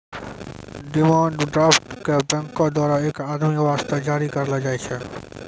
demand draft क बैंको द्वारा एक आदमी वास्ते जारी करलो जाय छै